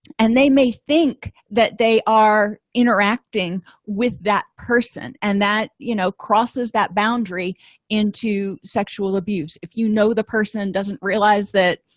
and they may think that they are interacting with that person and that you know crosses that boundary into sexual abuse if you know the person doesn't realize that